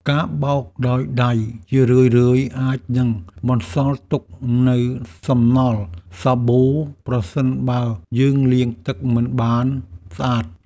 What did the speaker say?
ការបោកដោយដៃជារឿយៗអាចនឹងបន្សល់ទុកនូវសំណល់សាប៊ូប្រសិនបើយើងលាងទឹកមិនបានស្អាត។